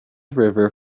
river